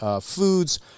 foods